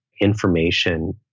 Information